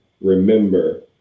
remember